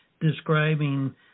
describing